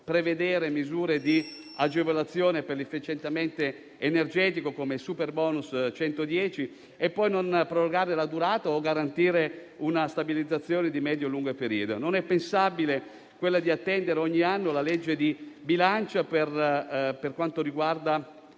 prevedere misure di agevolazione per l'efficientamento energetico come il superbonus 110 e poi non prorogarne la durata o garantire una stabilizzazione di medio-lungo periodo. Non è pensabile attendere ogni anno la legge di bilancio per quanto riguarda